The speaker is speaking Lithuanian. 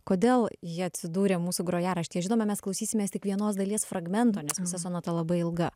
kodėl ji atsidūrė mūsų grojarašty žinoma mes klausysimės tik vienos dalies fragmento nes visa sonata labai ilga